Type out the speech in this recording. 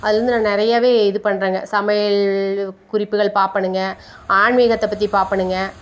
அது வந்து நான் நிறையாவே இது பண்ணுறங்க சமையல் குறிப்புகள் பார்ப்பேனுங்க ஆன்மீகத்தை பற்றி பார்ப்பேனுங்க